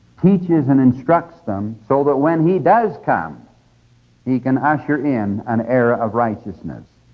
teaches and instructs them so that when he does come he can usher in an era of righteousness.